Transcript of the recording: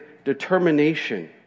determination